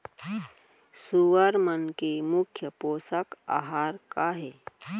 सुअर मन के मुख्य पोसक आहार का हे?